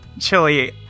Chili